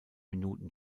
minuten